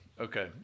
Okay